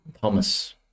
thomas